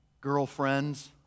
girlfriends